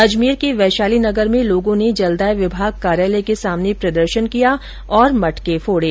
अजमेर के वैशाली नगर में लोगों ने जलदाय विभाग कार्यालय के सामने प्रदर्शन किया और मटके फोडे